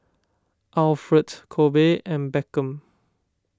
Alfred Kobe and Beckham